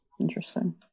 interesting